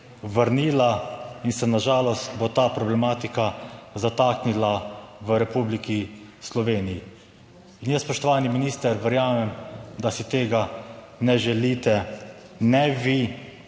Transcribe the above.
vrnila in se na žalost bo ta problematika zataknila v Republiki Sloveniji. In jaz, spoštovani minister verjamem, da si tega ne želite ne vi,